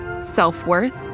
self-worth